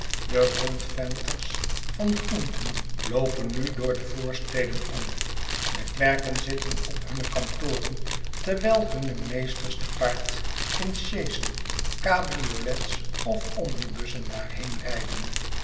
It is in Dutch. de rondventers van groenten loopen nu door de voorsteden om de klerken zitten op hunne kantoren terwijl hunne meesters te paard in sjeezen cabriolets of omnibussen daarheen rijden